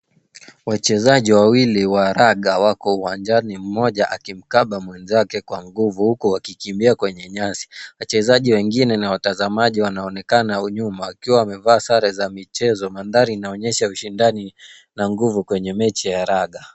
Wachezaji wawili wa raga wako uwanjani, mmoja akimkaba mwenzake kwa nguvu huko wakikimbia kwenye nyasi. Wachezaji wengine na watazamaji wanaonekana nyuma wakiwa wamevaa sare za michezo. Mandhari inaonyesha ushindani na nguvu kwenye mechi ya raga.